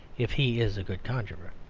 if he is a good conjuror.